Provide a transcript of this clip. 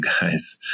guys